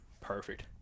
Perfect